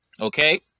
Okay